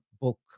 book